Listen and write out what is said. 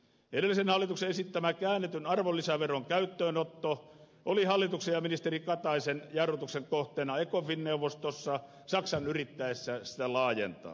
edellisen hallituksen esittämä käännetyn arvonlisäveron käyttöönotto oli hallituksen ja ministeri kataisen jarrutuksen kohteena ecofin neuvostossa saksan yrittäessä sitä laajentaa